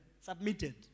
Submitted